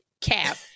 cap